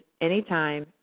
anytime